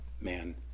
man